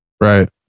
Right